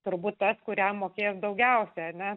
turbūt tas kuriam mokėjo daugiausiai ne